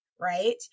right